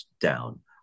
down